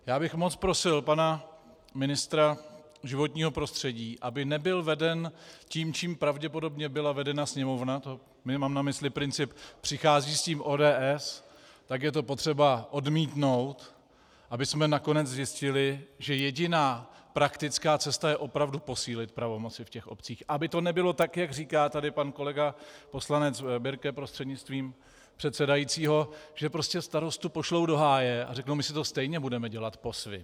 Já bych moc prosil pana ministra životního prostředí, aby nebyl veden tím, čím pravděpodobně byla vedena Sněmovna, mám na mysli princip: přichází s tím ODS, tak je to potřeba odmítnout abychom nakonec zjistili, že jediná praktická cesta je opravdu posílit pravomoci v obcích, aby to nebylo tak, jak říká tady pan kolega poslanec Birke, prostřednictvím předsedajícího, že prostě starostu pošlou do háje a řeknou: my si to stejně budeme dělat po svém.